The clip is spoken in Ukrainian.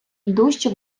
дужче